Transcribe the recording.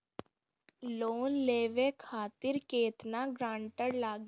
Loan लेवे खातिर केतना ग्रानटर लागी?